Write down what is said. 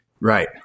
Right